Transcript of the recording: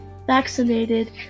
vaccinated